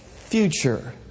future